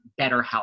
BetterHelp